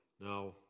Now